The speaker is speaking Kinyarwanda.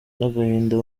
n’agahinda